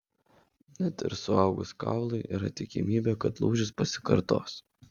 net ir suaugus kaului yra tikimybė kad lūžis pasikartos